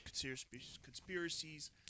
Conspiracies